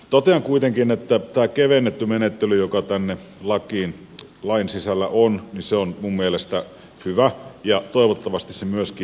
totean kuitenkin että tämä kevennetty menettely joka tämän lain sisällä on on minun mielestäni hyvä ja toivottavasti se myöskin toimii